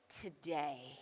today